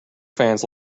fans